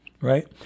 right